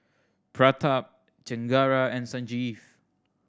Pratap Chengara and Sanjeev